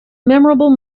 memorable